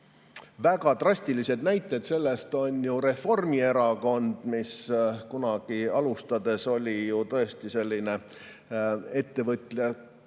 Väga drastiline näide on Reformierakond, mis kunagi alustades oli tõesti selline ettevõtlike